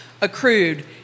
accrued